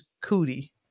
cootie